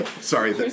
Sorry